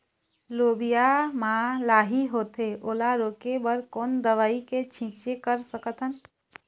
लोबिया मा लाही होथे ओला रोके बर कोन दवई के छीचें कर सकथन?